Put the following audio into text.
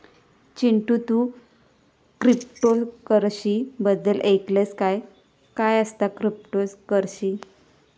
चिंटू, तू क्रिप्टोकरंसी बद्दल ऐकलंस काय, काय असता क्रिप्टोकरंसी?